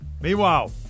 Meanwhile